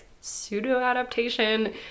pseudo-adaptation